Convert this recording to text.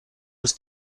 was